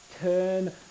turn